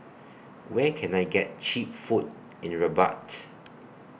Where Can I get Cheap Food in Rabat